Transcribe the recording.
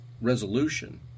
resolution